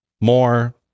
more